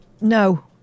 No